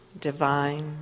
divine